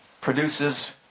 Produces